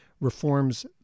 Reforms